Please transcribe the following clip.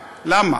למה?